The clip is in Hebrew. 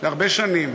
הרבה שנים.